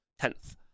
Tenth